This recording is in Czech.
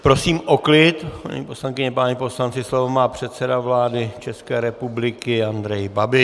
Prosím o klid, paní poslankyně, páni poslanci, slovo má předseda vlády České republiky Andrej Babiš.